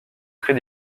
très